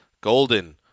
golden